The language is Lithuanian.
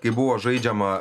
kai buvo žaidžiama